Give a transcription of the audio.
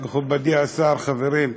מכובדי השר, חברים,